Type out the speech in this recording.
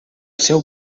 seu